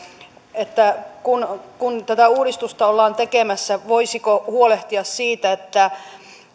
kun kun tätä uudistusta ollaan tekemässä voisiko huolehtia siitä että